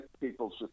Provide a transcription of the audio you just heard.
people's